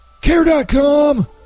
care.com